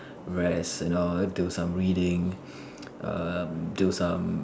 rest you know do some readings um do some